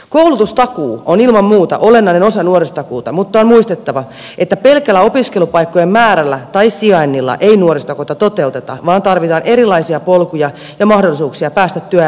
koulutustakuu on ilman muuta olennainen osa nuorisotakuuta mutta on muistettava että pelkällä opiskelupaikkojen määrällä tai sijainnilla ei nuorisotakuuta toteuteta vaan tarvitaan erilaisia polkuja ja mahdollisuuksia päästä työelämään kiinni